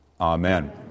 Amen